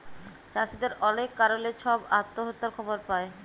চাষীদের অলেক কারলে ছব আত্যহত্যার খবর পায়